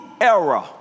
era